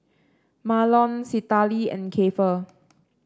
Mahlon Citlali and Keifer